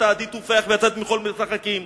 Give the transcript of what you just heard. עוד תעדי תופייך ויצאת במחול משחקים,